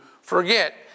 forget